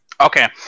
Okay